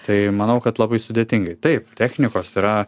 tai manau kad labai sudėtingai taip technikos yra